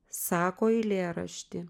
sako eilėraštį